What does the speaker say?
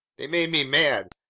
they made me mad,